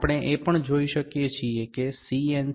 અને આપણે એ પણ જોઈ શકીએ છીએ કે સી